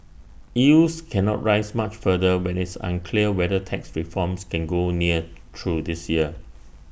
yields cannot rise much further when it's unclear whether tax reforms can go near through this year